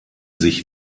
sich